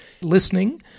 listening